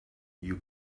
you